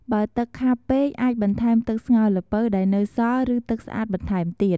បើទឹកខាប់ពេក អាចបន្ថែមទឹកស្ងោរល្ពៅដែលនៅសល់ ឬទឹកស្អាតបន្ថែមទៀត។